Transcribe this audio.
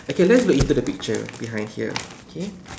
okay let's look into the picture behind here okay